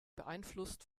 beeinflusst